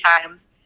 times